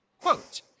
Quote